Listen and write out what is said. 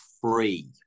free